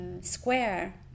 square